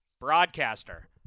Broadcaster